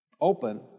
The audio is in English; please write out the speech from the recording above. open